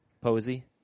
Posey